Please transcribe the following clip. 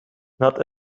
not